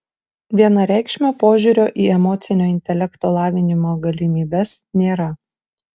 vienareikšmio požiūrio į emocinio intelekto lavinimo galimybes nėra